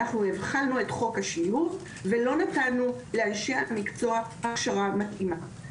אנחנו החלנו את חוק השילוב ולא נתנו לאנשי המקצוע הכשרה מתאימה.